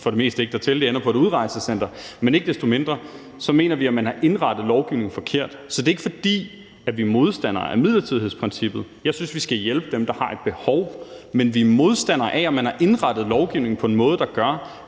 for det meste ikke dertil, de ender på et udrejsecenter. Men ikke desto mindre mener vi, at man har indrettet lovgivningen forkert. Så det er ikke, fordi vi er modstandere af midlertidighedsprincippet. Jeg synes, vi skal hjælpe dem, der har behov for det, men vi er modstandere af, at man har indrettet lovgivningen på en måde, der gør,